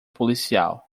policial